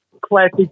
classic